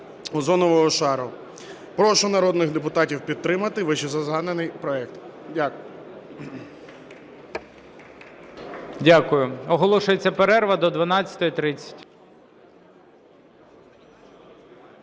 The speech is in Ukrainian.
Прошу народних депутатів підтримати вищезгаданий проект. Дякую.